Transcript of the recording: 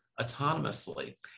autonomously